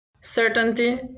Certainty